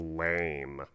lame